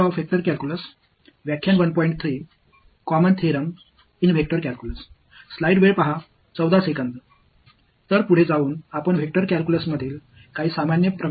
அடுத்ததாக vector calculus இல் உள்ள சில பொதுவான கோட்பாடுகளைப் பற்றி பேசுவோம்